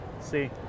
See